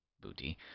booty